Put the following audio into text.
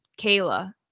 kayla